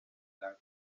lago